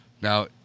Now